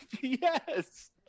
Yes